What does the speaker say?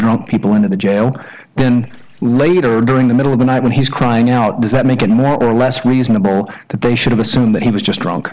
brought people into the jail then later during the middle of the night when he's crying out does that make it more or less reasonable that they should assume that he was